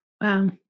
Wow